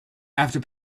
after